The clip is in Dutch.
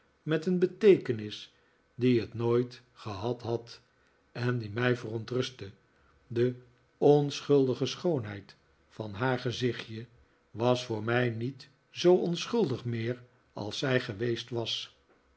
met een beteekenis die het nooit gehad had en die mij verontrustte de onschuldige schoonheid van haar gezichtje was voor mij niet zoo onschuldig meer als zij geweest was